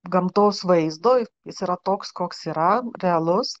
gamtos vaizdo jis yra toks koks yra realus